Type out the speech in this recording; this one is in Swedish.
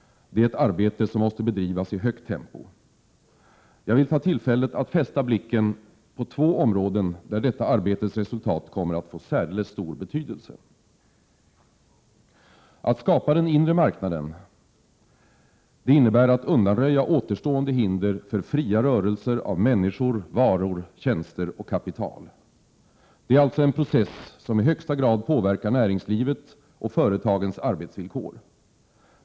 Det är ett arbete som måste bedrivas i högt tempo. Jag vill ta tillfället i akt att fästa blicken på två områden där detta arbetes resultat kommer att få särdeles stor betydelse. Att skapa den inre marknaden innebär att undanröja återstående hinder för fria rörelser av människor, varor, tjänster och kapital. Det är alltså en process som i högsta grad påverkar näringslivet och företagens arbetsvillkor.